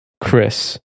Chris